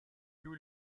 più